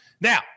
Now